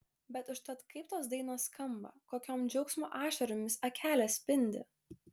bet užtat kaip tos dainos skamba kokiom džiaugsmo ašaromis akelės spindi